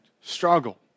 struggle